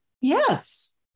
Yes